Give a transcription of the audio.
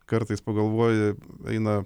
kartais pagalvoji eina